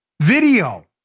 video